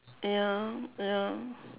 ya ya